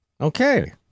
Okay